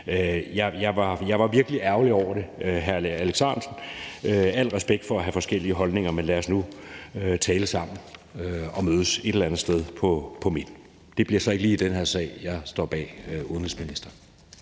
Jeg var virkelig ærgerlig over det, hr. Alex Ahrendtsen. Al respekt for at have forskellige holdninger, men lad os nu tale sammen og mødes et eller andet sted på midten. Det bliver så ikke lige i den her sag, for jeg står bag udenrigsministeren.